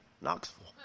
Knoxville